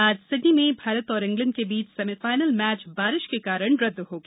आज सिडनी में भारत और इंग्लैंड के बीच सेमीफाइनल मैच बारिश के कारण रद्द हो गया